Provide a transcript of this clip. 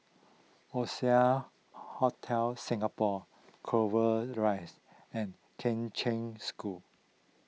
Oasia Hotel Singapore Clover Rise and Kheng Cheng School